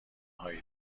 هایی